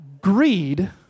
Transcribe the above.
Greed